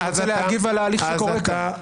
אני רוצה להגיב על ההליך שקורה כאן.